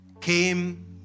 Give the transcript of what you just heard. came